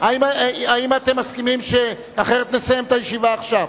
האם אתם מסכימים אחרת נסיים את הישיבה עכשיו.